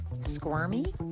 Squirmy